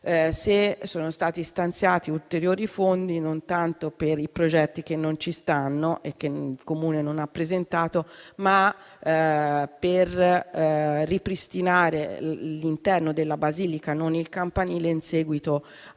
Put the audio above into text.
se sono stati stanziati ulteriori fondi, non tanto per i progetti che non ci stanno e che il Comune non ha presentato, ma per ripristinare l'interno della basilica, non il campanile, in seguito all'incendio